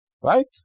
right